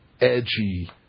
edgy